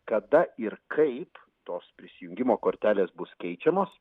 kada ir kaip tos prisijungimo korteles bus keičiamos